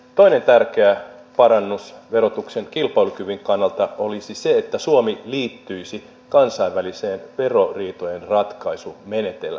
toinen tärkeä parannus verotuksen kilpailukyvyn kannalta olisi se että suomi liittyisi kansainväliseen veroriitojen ratkaisumenettelyyn